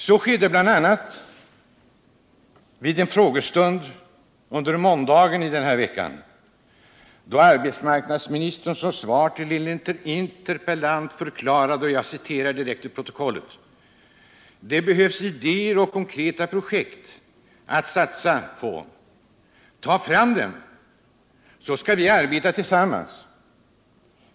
Så skedde vid en frågestund i måndags, då arbetsmarknadsministern enligt protokollet svarade en inter pellant: ”Det behövs idéer och konkreta projekt att satsa på. Ta fram dem så skall vi arbeta på dem tillsammans.